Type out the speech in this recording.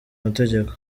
mategeko